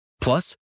Plus